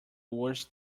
worst